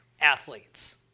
athletes